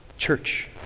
Church